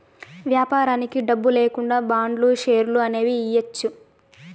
వ్యాపారానికి డబ్బు లేకుండా బాండ్లు, షేర్లు అనేవి ఇయ్యచ్చు